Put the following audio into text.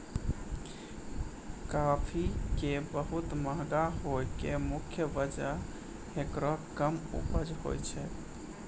काफी के बहुत महंगा होय के मुख्य वजह हेकरो कम उपज होय छै